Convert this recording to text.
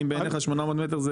האם בעיניך 800 מטר זה?